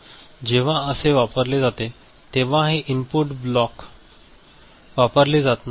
जेव्हा हे असे वापरले जाते तेव्हा हे इनपुट ब्लॉक वापरले जात नाहीत